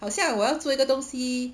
好像我要做一个东西